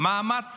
מאמץ